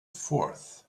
fourth